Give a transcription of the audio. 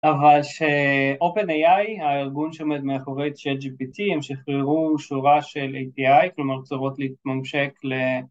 אבל ש- OpenAI, הארגון שעומד מאחורי chatGPT, הם שחררו שורה של API, כלומר צורות להתממשק ל...